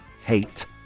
hate